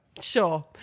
Sure